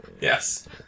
Yes